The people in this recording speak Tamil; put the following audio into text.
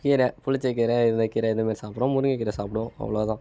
கீரை புளிச்ச கீரை இந்த கீரை இந்த மாதிரி சாப்பிட்றோம் முருங்க கீரை சாப்புடுவோம் அவ்வளோ தான்